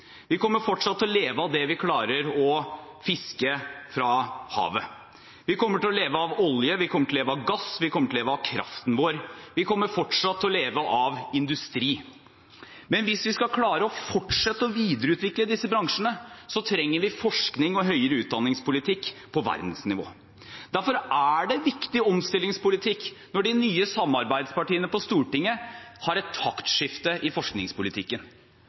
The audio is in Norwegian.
Vi kommer fortsatt til å leve av det vi klarer å fiske fra havet. Vi kommer til å leve av olje, vi kommer til å leve av gass, vi kommer til å leve av kraften vår. Vi kommer fortsatt til å leve av industri. Men hvis vi skal klare å fortsette å videreutvikle disse bransjene, trenger vi forskning og høyere utdanningspolitikk på verdensnivå. Derfor er det viktig omstillingspolitikk når de nye samarbeidspartiene på Stortinget har et taktskifte i forskningspolitikken